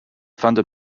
funded